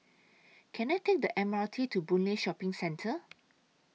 Can I Take The M R T to Boon Lay Shopping Centre